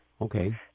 okay